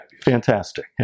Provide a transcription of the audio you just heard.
fantastic